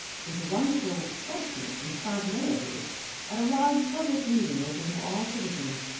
with wonderful freshness and spontaneity at a large public meeting open to all citizens.